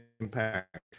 impact